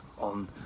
on